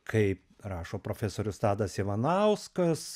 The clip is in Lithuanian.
kaip rašo profesorius tadas ivanauskas